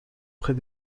près